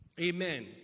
Amen